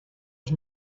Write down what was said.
ich